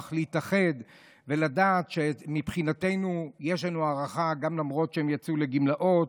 להתאחד ולדעת שיש לנו הערכה כלפיהם למרות שהם יצאו לגמלאות.